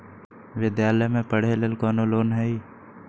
विद्यालय में पढ़े लेल कौनो लोन हई?